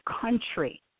country